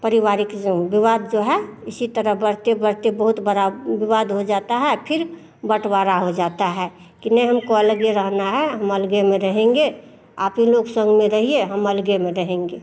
पारिवारिक जो विवाद जो है इसी तरह बढ़ते बढ़ते बहुत बड़ा विवाद हो जाता है और फिर बटवारा हो जाता है कि नई हमको अलग ही रहना है हम अलग ही में रहेंगे आप ही लोग संग में रहिए हम अलग ही में रहेंगे